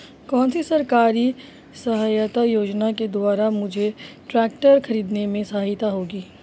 कौनसी सरकारी सहायता योजना के द्वारा मुझे ट्रैक्टर खरीदने में सहायक होगी?